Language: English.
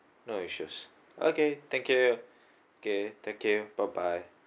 no issues okay thank you okay thank you bye bye